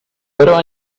però